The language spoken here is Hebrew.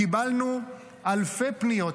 קיבלנו אלפי פניות,